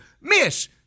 Miss